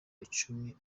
icumi